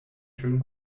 schönen